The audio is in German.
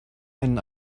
einen